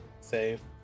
Save